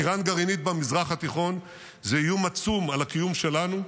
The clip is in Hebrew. איראן גרעינית במזרח התיכון זה איום עצום על הקיום שלנו,